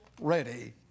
ready